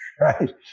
Right